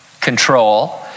control